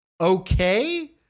okay